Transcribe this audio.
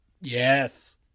Yes